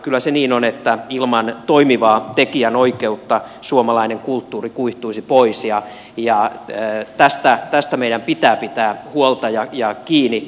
kyllä se niin on että ilman toimivaa tekijänoikeutta suomalainen kulttuuri kuihtuisi pois ja tästä meidän pitää pitää huolta ja kiinni